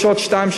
יש עוד שניים,